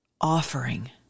offering